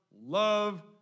love